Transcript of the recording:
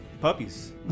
puppies